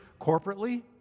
corporately